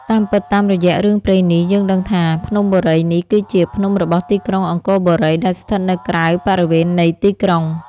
តាមពិតតាមរយៈ រឿងព្រេងនេះ យើងដឹងថា ភ្នំបុរីនេះគឺជា ភ្នំរបស់ទីក្រុងអង្គរបូរី ដែលស្ថិតនៅក្រៅ បរិវេណនៃទីក្រុង។